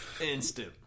Instant